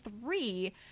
three